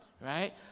right